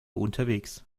unterwegs